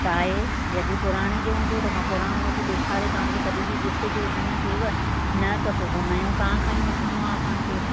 चाहे यदी पुराणे जो हूंदो त मां पुराणो अची ॾेखारे तव्हांखे तॾहिं बि ॾिसजो जीअं थिएव न त पोइ उनजो तव्हांखां ई वठिणो आहे असांखे